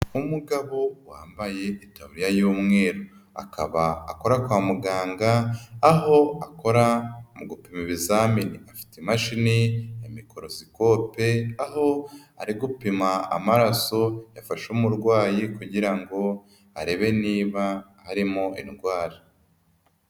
Umugabo wambaye itabuya y'umweru, akaba akora kwa muganga, aho akora mu gupima ibizamini, afite imashini ya mikorosikope, aho ari gupima amaraso yafashe umurwayi kugira ngo arebe niba arimo indwara.